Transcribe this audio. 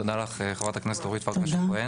תודה לך, חברת הכנסת אורית פרקש הכהן.